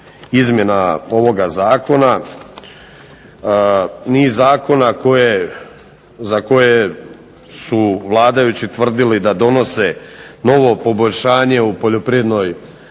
izmjena ovoga Zakona, niz zakona koje su vladajući tvrdili da donose novo poboljšanje u poljoprivrednoj